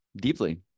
deeply